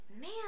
man